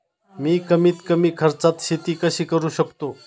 मी कमीत कमी खर्चात शेती कशी करू शकतो?